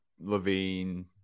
Levine